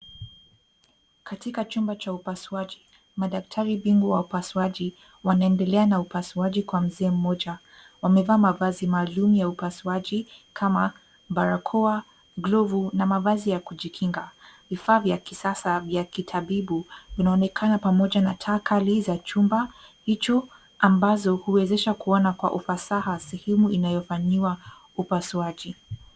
Katika chumba cha upasuaji, madaktari bingwa wa upasuaji wanaendelea kwa upasuaji kwa mzee mmoja. Wamevaa mavazi maalum ya upasuaji kama barakoa, glovu na mavazi ya kujikinga. Vifaa vya kisasa vya kitabibu vinaonekana pamoja na takali za chumba hicho ambazo huwezesha kuona kwa ufasaha sehemu inayofanyiwa upasuaji.